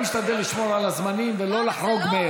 אני משתדל לשמור על הזמנים ולא לחרוג.